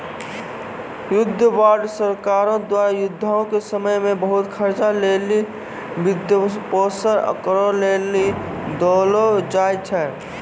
युद्ध बांड सरकारो द्वारा युद्धो के समय मे बहुते खर्चा लेली वित्तपोषन करै लेली देलो जाय छै